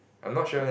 I'm not sure leh